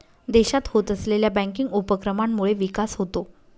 देशात होत असलेल्या बँकिंग उपक्रमांमुळे विकास होतो